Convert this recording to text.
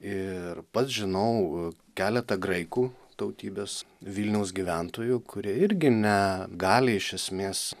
ir pats žinau keletą graikų tautybės vilniaus gyventojų kurie irgi negali iš esmės